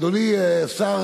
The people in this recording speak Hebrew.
אדוני השר